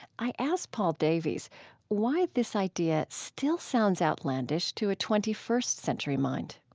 i asked paul davies why this idea still sounds outlandish to a twenty first century mind